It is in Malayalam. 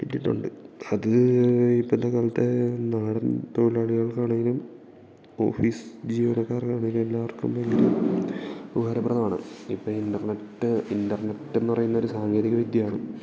ഇട്ടിട്ടുണ്ട് അത് ഇപ്പോഴത്തെ കാലത്തെ നാടൻ തൊഴിലാളികൾക്കാണെങ്കിലും ഓഫീസ് ജീവനക്കാർക്കാണെങ്കിലും എല്ലാവർക്കും ഭയങ്കര ഉപകാരപ്രദമാണ് ഇപ്പോൾ ഇൻ്റർനെറ്റ് ഇൻ്റർനെറ്റെന്നു പറയുന്നൊരു സാങ്കേതിക വിദ്യയാണ്